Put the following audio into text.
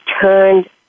turned